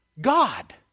God